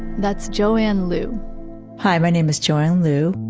that's joanne liu hi, my name is joanne liu.